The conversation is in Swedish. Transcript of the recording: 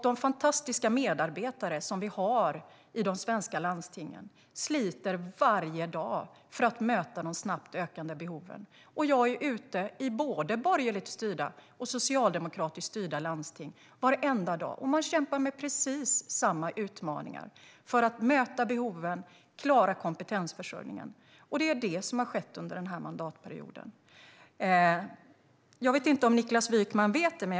De fantastiska medarbetare som vi har i de svenska landstingen sliter varje dag för att möta de snabbt ökande behoven. Jag är ute i både borgerligt och socialdemokratiskt styrda landsting varenda dag. De kämpar med precis samma utmaningar för att möta behoven och klara kompetensförsörjningen. Det är det som har skett under den här mandatperioden. Niklas Wykman talar om kömiljarden.